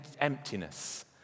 emptiness